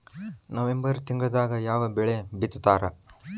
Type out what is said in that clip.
November ತಿಂಗಳದಾಗ ಯಾವ ಬೆಳಿ ಬಿತ್ತತಾರ?